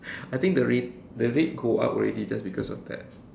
I think the rate the rate go up already just because of that